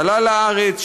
עלה לארץ,